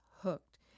hooked